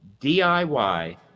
DIY